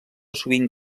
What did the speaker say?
sovint